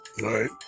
right